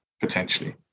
potentially